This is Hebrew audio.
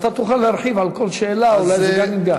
אתה תוכל להרחיב על כל שאלה, אולי זה גם ייגע.